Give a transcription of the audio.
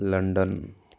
London